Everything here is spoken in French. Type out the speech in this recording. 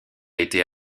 été